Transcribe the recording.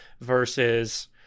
versus